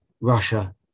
Russia